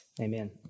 Amen